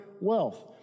wealth